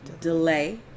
delay